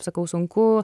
sakau sunku